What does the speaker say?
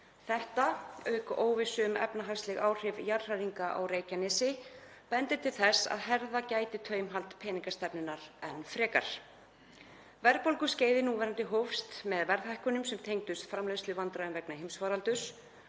Þetta, auk óvissu um efnahagsleg áhrif jarðhræringa á Reykjanesi, bendir til þess að herða gæti þurft taumhald peningastefnunnar enn frekar. Verðbólguskeiðið núverandi hófst með verðhækkunum sem tengdust framleiðsluvandræðum vegna heimsfaraldurs